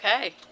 okay